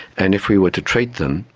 and if we were to treat them,